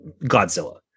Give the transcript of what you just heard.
Godzilla